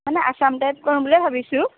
মানে আছাম টাইপ কৰোঁ বুলিয়েই ভাবিছোঁ